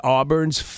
Auburn's